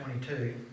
22